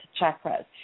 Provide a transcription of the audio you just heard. chakras